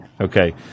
Okay